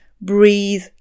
breathe